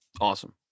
awesome